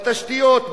בתשתיות,